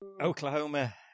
Oklahoma